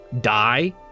die